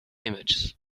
images